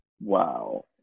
Wow